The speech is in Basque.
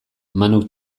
manuk